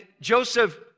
Joseph